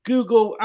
Google